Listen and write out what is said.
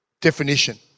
definition